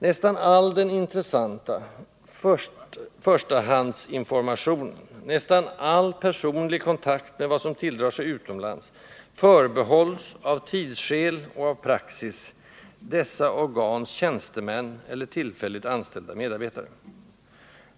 Nästan all intressant förstahandsinformation nästan all personlig kontakt med vad som tilldrar sig utomlands förbehålls, av tidsskäl och av praxis, dessa organs tjänstemän eller tillfälligt anställda medarbetare.